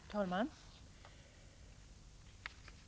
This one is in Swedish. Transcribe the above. Herr talman!